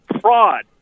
Fraud